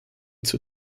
zur